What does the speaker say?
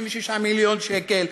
36 מיליון שקל,